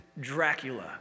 Dracula